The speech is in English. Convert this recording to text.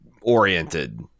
oriented